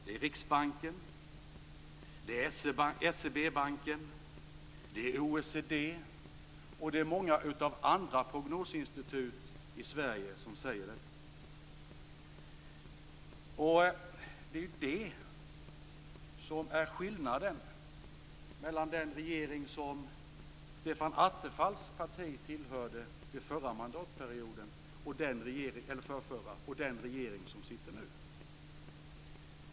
Det är Riksbanken, SE-banken, OECD och många prognosinstitut i Sverige som säger det. Detta är skillnaden mellan den regering som Stefan Attefalls parti tillhörde under den förrförra mandatperioden och den regering som sitter nu.